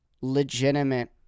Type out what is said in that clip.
legitimate